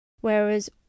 whereas